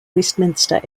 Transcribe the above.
westminster